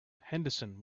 henderson